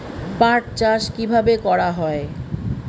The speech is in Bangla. পাট চাষ কীভাবে করা হয়?